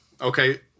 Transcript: Okay